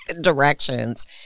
directions